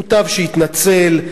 מוטב שיתנצל,